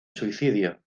suicidio